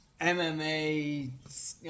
MMA